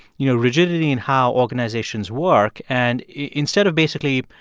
you know, rigidity in how organizations work, and instead of basically,